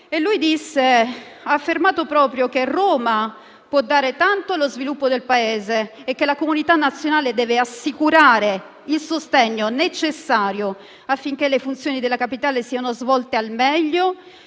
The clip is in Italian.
Egli disse proprio che «Roma può dare tanto allo sviluppo del Paese» e che «la comunità nazionale deve assicurare il sostegno necessario, affinché le funzioni della capitale siano svolte al meglio